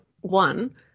one